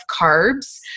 carbs